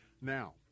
Now